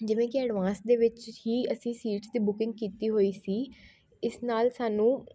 ਜਿਵੇਂ ਕਿ ਐਡਵਾਂਸ ਦੇ ਵਿੱਚ ਹੀ ਅਸੀਂ ਸੀਟਸ ਦੀ ਬੁਕਿੰਗ ਕੀਤੀ ਹੋਈ ਸੀ ਇਸ ਨਾਲ਼ ਸਾਨੂੰ